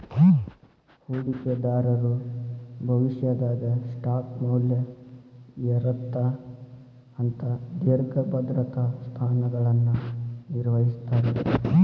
ಹೂಡಿಕೆದಾರರು ಭವಿಷ್ಯದಾಗ ಸ್ಟಾಕ್ ಮೌಲ್ಯ ಏರತ್ತ ಅಂತ ದೇರ್ಘ ಭದ್ರತಾ ಸ್ಥಾನಗಳನ್ನ ನಿರ್ವಹಿಸ್ತರ